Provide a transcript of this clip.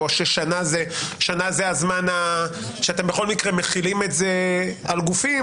או ששנה זה הזמן שאתם בכל מקרה מחילים את זה על גופים,